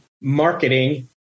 marketing